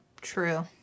true